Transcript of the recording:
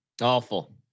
Awful